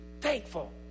thankful